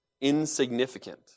insignificant